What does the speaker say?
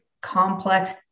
complex